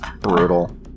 Brutal